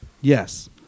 Yes